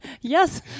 yes